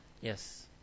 Yes